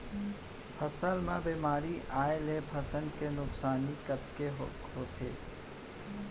फसल म बेमारी आए ले फसल के नुकसानी कतेक होथे?